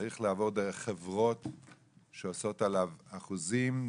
הוא צריך לעבור דרך חברות שעושות עליו אחוזים.